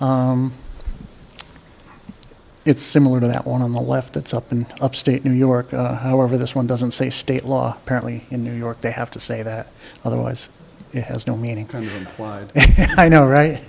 ourselves it's similar to that one on the left that's up in upstate new york however this one doesn't say state law apparently in new york they have to say that otherwise it has no meaning for i know right